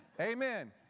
Amen